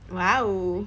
!wow!